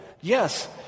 yes